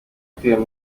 kwiba